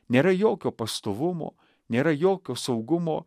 nėra jokio pastovumo nėra jokio saugumo